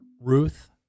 Ruth